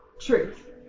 truth